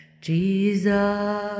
Jesus